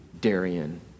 Darian